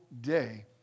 day